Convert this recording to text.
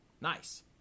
Nice